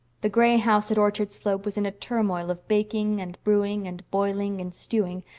the gray house at orchard slope was in a turmoil of baking and brewing and boiling and stewing,